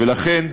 ולכן,